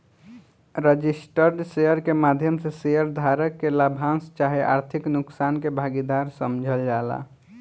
registered share के माध्यम से शेयर धारक के लाभांश चाहे आर्थिक नुकसान के भागीदार समझल जाला